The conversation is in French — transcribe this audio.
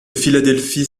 philadelphie